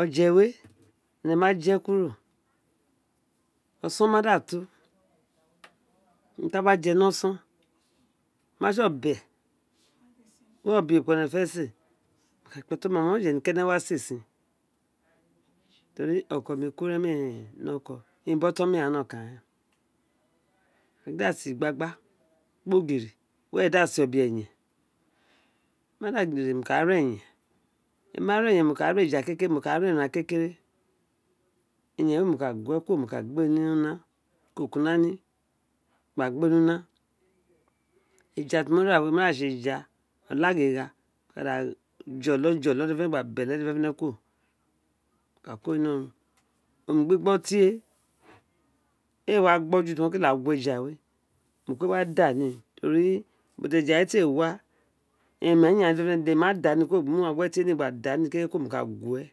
O̱jẹ we é̱nẹ̀ ma je kuro o̱sọn ma da to urun tr a wa jẹ́ ni ọsọn o ma tse ọbẹ were ọbe ekpo owun ē̱nē fé si ēē ren mo ka kpe oton mi ghaan urun bo̱ko̱ owun ene wa sl ēé sin to ri ọkọ mr ku rẹẹn hi odon ti ēē hi gruka emi o̱to̱n mi ghaan no kaa a ka gin da sl ēē igbagba ikpogiri we̱re̱ di e̱è̱ sl ēē obeyen mo wa gele re gba ra eran bi eyen eyen we mo ka da guwe kuro mo ka gbe ni una koko una we ni gba gbe nr una eja ml mo ra we mo ma da fsl eya ti o nẹ̄ arera mo ka da jō̱lō̱ jō̱lō̱ dede̱ fé̱né̱fénẹ́ gba bele dede fenefene kuru mo ka ko nl nò ro oni gbr gbo bie ēē wa gbo ju to o kele wa guwo eja we mo kpe wa da ni tori ubo ti ejan owere wa kele wa emi ma da nr kuro gba mi uwangune bre nr gba da ni mo ka guwe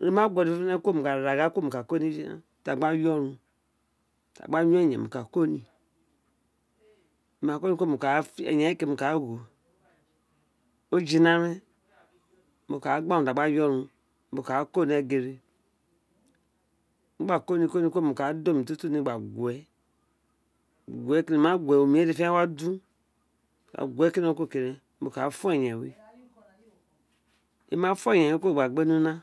emi ma gu we dede fenefene kuro mo ka da rara gba ko ni urun tr a gba yo urun tr a gba yo eyen mo ka ko ni mo ma ko ni kuro eyen we mo ka konr mo ka fe eyen ojina ren mo ka gba urun te a gba yo urun mo ka ko nr egere we tl mo gba ko nr kuro mo ka ra da oml tutun ar gba yn we mo ma gn we ke omr we dede fé̱né̱fé̱ne wa dun mo ka ghwe ku nọ́ ke re̱n mo ka fọ́ e̱yen we emi ma fo e̱yen we kuro gba gbe ni una